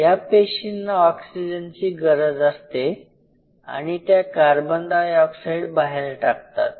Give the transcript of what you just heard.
या पेशींना ऑक्सिजनची गरज असते आणि त्या कार्बन डायऑक्साईड बाहेर टाकतात